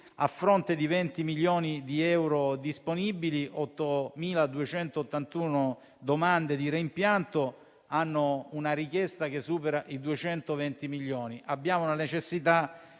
a fronte di 20 milioni di euro disponibili, con 8.281 domande di reimpianto la richiesta supera i 220 milioni. Abbiamo necessità